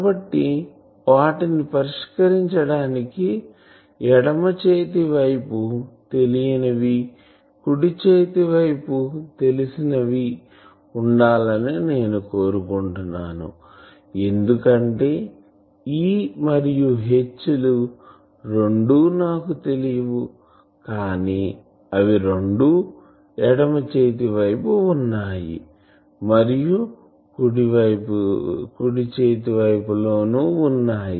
కాబట్టి వాటిని పరిష్కరించడానికి ఎడమ చేతి వైపు తెలియనివి కుడి చేతి వైపు తెలిసినవి ఉండాలని నేను కోరుకుంటున్నాను ఎందుకంటే E మరియు H రెండూ నాకు తెలియవు కానీ అవి రెండూ ఎడమ వైపు చేతి వైపు ఉన్నాయి మరియు కుడి చేతి వైపులో ఉన్నాయి